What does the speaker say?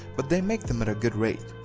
but they make them at a good rate.